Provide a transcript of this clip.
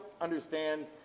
understand